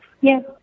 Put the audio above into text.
Yes